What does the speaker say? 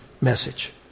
message